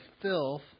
filth